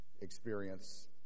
experience